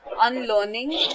unlearning